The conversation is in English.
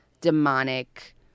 demonic